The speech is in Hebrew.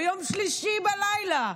ביום שלישי בלילה,